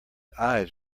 eyes